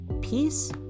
peace